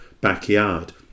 backyard